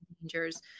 dangers